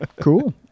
Cool